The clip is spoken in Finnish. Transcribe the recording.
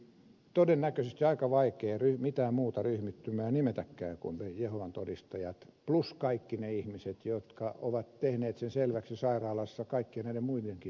todennäköisesti aika vaikeaa mitään muuta ryhmittymää nimetäkään kuin jehovan todistajat plus kaikki ne ihmiset jotka ovat tehneet sen selväksi sairaalassa kaikkien näiden muidenkin hoitojen yhteydessä